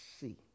see